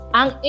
ang